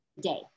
day